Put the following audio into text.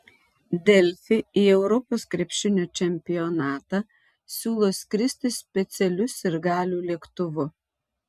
delfi į europos krepšinio čempionatą siūlo skristi specialiu sirgalių lėktuvu